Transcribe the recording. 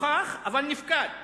נוכח אבל נפקד?